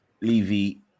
Levy